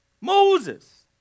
Moses